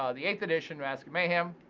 ah the eighth edition masked mayhem.